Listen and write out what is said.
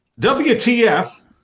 WTF